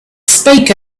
speak